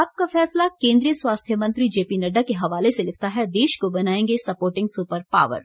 आपका फैसला केन्द्रीय स्वास्थ्य मंत्री जेपी नड्डा के हवाले से लिखता है देश को बनाएंगे स्पोर्टिंग सुपर पावर